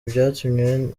byatumye